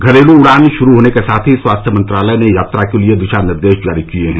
घरेलू उड़ान शुरू होने के साथ ही स्वास्थ्य मंत्रालय ने यात्रा के लिए दिशा निर्देश जारी किए हैं